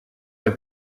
der